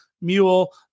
mule